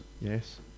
yes